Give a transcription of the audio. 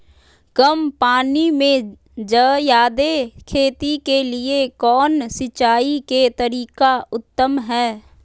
कम पानी में जयादे खेती के लिए कौन सिंचाई के तरीका उत्तम है?